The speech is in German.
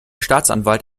staatsanwalt